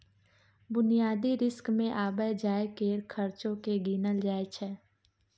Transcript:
बुनियादी रिस्क मे आबय जाय केर खर्चो केँ गिनल जाय छै